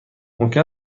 ممکن